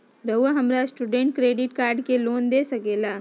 रहुआ हमरा student credit card के लिए लोन दे सके ला?